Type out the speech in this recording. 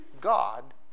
God